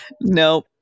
Nope